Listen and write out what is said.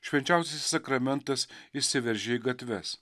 švenčiausiasis sakramentas išsiveržė į gatves